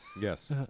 Yes